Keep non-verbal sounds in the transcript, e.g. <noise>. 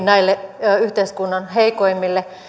<unintelligible> näille yhteiskunnan heikoimmille